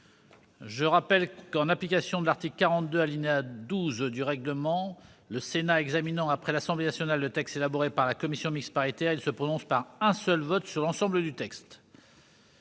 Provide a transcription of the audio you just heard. Je rappelle que, en application de l'article 42, alinéa 12, du règlement, lorsqu'il examine après l'Assemblée nationale le texte élaboré par la commission mixte paritaire, le Sénat se prononce par un seul vote sur l'ensemble du texte.